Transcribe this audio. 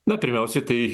nu pirmiausiai tai